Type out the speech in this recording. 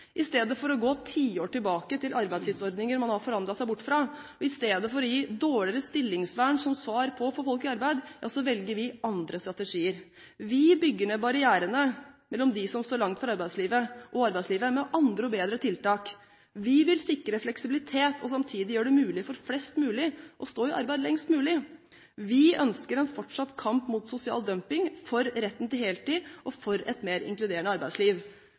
arbeidslivets utfordringer. Istedenfor å gå tiår tilbake til arbeidstidsordninger man har forhandlet seg bort fra, og istedenfor å gi dårligere stillingsvern som svar på å få folk i arbeid, velger vi andre strategier. Vi bygger ned barrierene mellom dem som står langt fra arbeidslivet, og arbeidslivet med andre og bedre tiltak. Vi vil sikre fleksibilitet og samtidig gjøre det mulig for flest mulig å stå i arbeid lengst mulig. Vi ønsker en fortsatt kamp mot sosial dumping, for retten til heltid og for et mer inkluderende arbeidsliv.